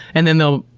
and then they'll